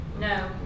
No